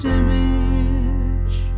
image